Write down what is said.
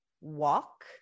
walk